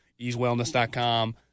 Easewellness.com